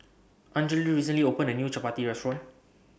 Anjali recently opened A New Chapati Restaurant